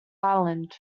island